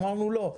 אמרנו לא,